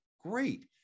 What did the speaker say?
Great